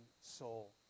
soul